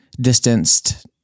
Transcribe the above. distanced